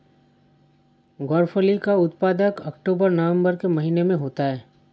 ग्वारफली का उत्पादन अक्टूबर नवंबर के महीने में होता है